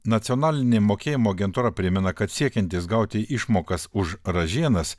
nacionalinė mokėjimo agentūra primena kad siekiantys gauti išmokas už ražienas